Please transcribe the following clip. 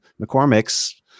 McCormick's